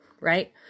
right